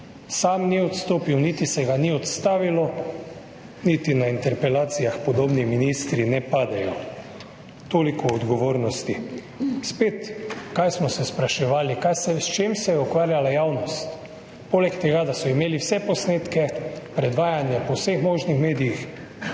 sam ni odstopil niti se ga ni odstavilo niti na interpelacijah podobni ministri ne padejo. Toliko o odgovornosti. Spet, kaj smo se spraševali, s čim se je ukvarjala javnost, poleg tega, da so imeli vse posnetke, predvajanja po vseh možnih medijih?